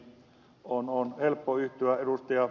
on helppo yhtyä ed